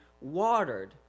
watered